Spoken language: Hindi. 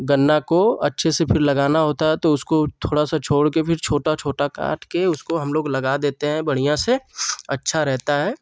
गन्ना को अच्छे से फिर लगाना होता है तो उसको थोड़ा सा छोड़ कर फिर छोटा छोटा काट कर उसको हम लोग लगा देते हैं बढ़ियाँ से अच्छा रहता है